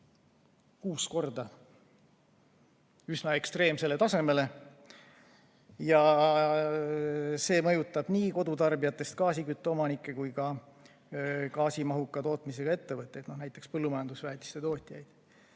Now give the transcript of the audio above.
kuus korda, üsna ekstreemsele tasemele. See mõjutab nii kodutarbijatest gaasikütteomanikke kui ka gaasimahuka tootmisega ettevõtteid, näiteks põllumajandusväetiste tootjaid.